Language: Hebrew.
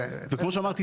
וכמו שאמרתי,